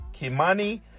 Kimani